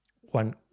one